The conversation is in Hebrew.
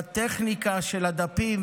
בטכניקה של הדפים,